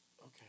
Okay